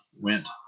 went